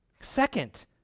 Second